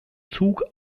zug